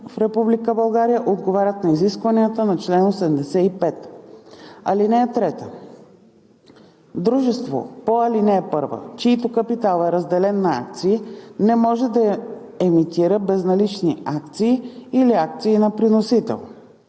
отговарят на изискванията на чл. 85. (3) Дружество по ал. 1, чийто капитал е разделен на акции, не може да емитира безналични акции или акции на приносител.